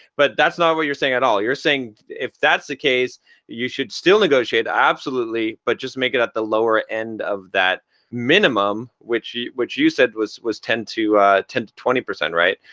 but that's not what you're saying at all. you're saying if that's the case you should still negotiate absolutely, but just make it at the lower end of that minimum which you which you said was was ten to ten to twenty, right?